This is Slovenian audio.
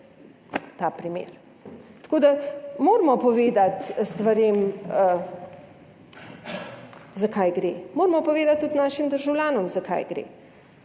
ta primer. Tako da moramo povedati stvarem, za kaj gre, moramo povedati tudi našim državljanom, za kaj gre.